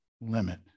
limit